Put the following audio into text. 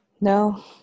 No